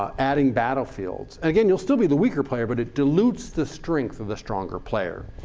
ah adding battlefields. again, you'll still be the weaker player. but it dilutes the strength of the stronger player.